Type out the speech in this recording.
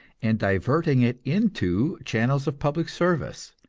and diverting it into channels of public service.